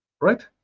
right